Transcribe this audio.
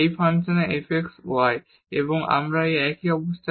এই ফাংশনে fx y আছে